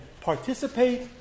participate